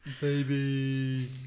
Baby